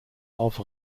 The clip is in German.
auf